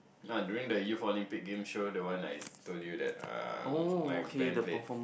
no during the year Olympic-Game show that one like I told you that um my bend played